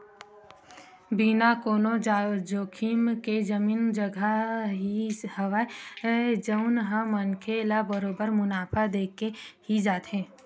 बिना कोनो जोखिम के जमीन जघा ही हवय जउन ह मनखे ल बरोबर मुनाफा देके ही जाथे